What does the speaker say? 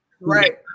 Right